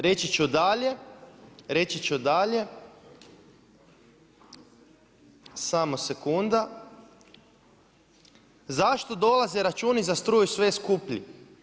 Reći ću dalje, reći ću dalje, samo sekunda, zašto dolaze računi za struju sve skuplji?